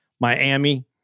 Miami